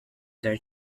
their